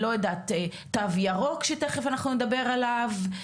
תו ירוק שתיכף אנחנו נדבר עליו.